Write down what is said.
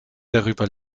darüber